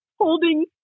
holding